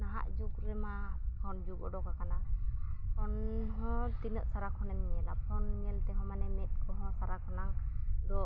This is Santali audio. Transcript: ᱱᱟᱦᱟᱜ ᱡᱩᱜᱽ ᱨᱮᱢᱟ ᱯᱷᱳᱱ ᱡᱩᱜᱽ ᱩᱰᱩᱠᱟᱠᱟᱱᱟ ᱯᱷᱳᱱ ᱦᱚᱸ ᱛᱤᱱᱟᱹᱜ ᱥᱟᱨᱟ ᱠᱷᱚᱱᱮᱢ ᱧᱮᱞᱟ ᱯᱷᱳᱱ ᱧᱮᱞ ᱛᱮᱦᱚᱸ ᱢᱟᱱᱮ ᱢᱮᱸᱫ ᱠᱚᱦᱚᱸ ᱥᱟᱨᱟ ᱠᱷᱚᱱᱟᱝ ᱫᱚ